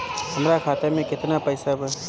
हमरा खाता में केतना पइसा बा?